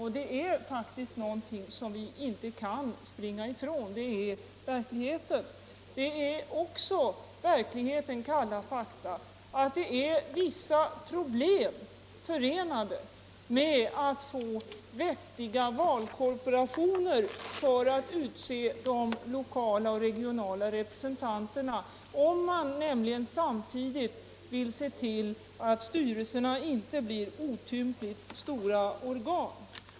Det är någonting som vi inte kan springa ifrån, det är verkligheter. Det är också kalla fakta att det är vissa problem förenade med att få vettiga valkorporationer för att utse de lokala och regionala representanterna, om man samtidigt vill se till att styrelserna inte blir otympligt stora organ.